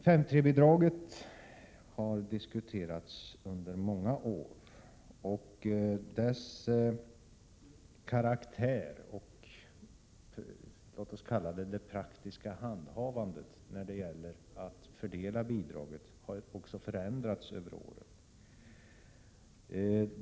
58§3-bidraget har diskuterats under många år. Bidragets karaktär och det, låt oss kalla det så, praktiska handhavandet vid fördelningen har förändrats över åren.